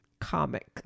comic